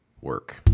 work